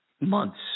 months